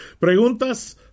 Preguntas